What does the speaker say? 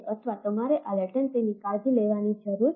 અથવા તમારે આ લેટેનસીની કાળજી લેવાની જરૂર છે